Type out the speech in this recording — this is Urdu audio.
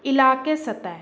علاقے سطح